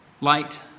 light